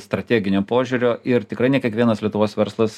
strateginio požiūrio ir tikrai ne kiekvienas lietuvos verslas